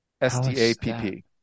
s-t-a-p-p